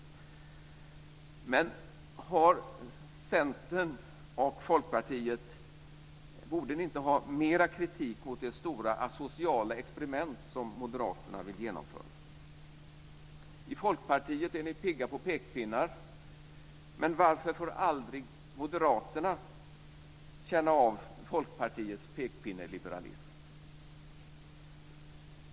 Borde inte Centern och Folkpartiet ha mer kritik mot det stora asociala experiment som Moderaterna vill genomföra? I Folkpartiet är ni pigga på pekpinnar. Men varför får aldrig Moderaterna känna av Folkpartiets pekpinneliberalism?